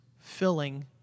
filling